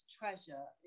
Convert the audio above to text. treasure